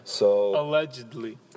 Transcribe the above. Allegedly